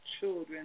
children